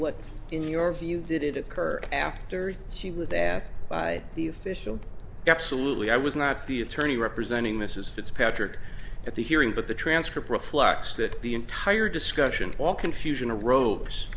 what in your view did it occur after he was asked by the official absolutely i was not the attorney representing mrs fitzpatrick at the hearing but the transcript reflects that the entire discussion all confusion arose